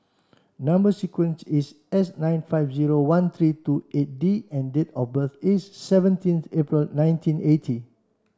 number sequence is S nine five zero one three two eight D and date of birth is seventeenth April nineteen eighty